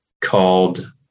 called